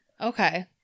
Okay